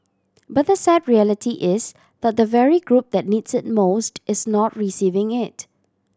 but the sad reality is that the very group that needs it most is not receiving it